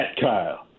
Kyle